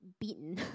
beaten